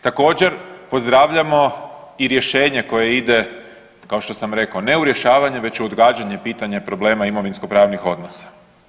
Također pozdravljamo i rješenje koje ide kao što sam rekao ne u rješavanje već u odgađanje pitanja problema imovinskopravnih odnosa.